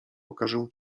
pokażę